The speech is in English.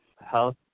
Health